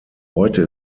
heute